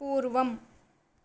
पूर्वम्